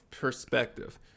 perspective